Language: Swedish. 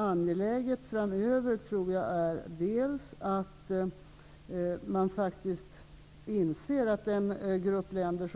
Angeläget framöver är att man faktiskt inser att den grupp länder